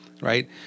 right